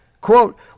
quote